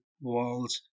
walls